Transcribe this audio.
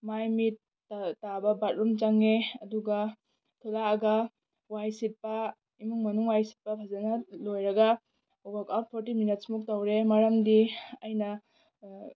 ꯃꯥꯏ ꯃꯤꯠ ꯇꯥꯕ ꯕꯥꯠꯔꯨꯝ ꯆꯪꯉꯦ ꯑꯗꯨꯒ ꯊꯣꯛꯂꯛꯑꯒ ꯋꯥꯏ ꯁꯤꯠꯄ ꯏꯃꯨꯡ ꯃꯅꯨꯡ ꯋꯥꯏ ꯁꯤꯠꯄ ꯐꯖꯅ ꯂꯣꯏꯔꯒ ꯋꯥꯔꯛꯑꯥꯎꯠ ꯐꯣꯔꯇꯤ ꯃꯤꯅꯠꯁ ꯃꯨꯛ ꯇꯧꯔꯦ ꯃꯔꯝꯗꯤ ꯑꯩꯅ